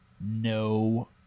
No